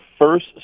first